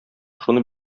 шуны